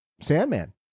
sandman